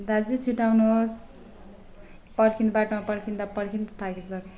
दाजु छिटो आउनुहोस् पर्खिनु बाटोमा पर्खिँदा पर्खिँदा थाकिसकेँ